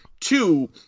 two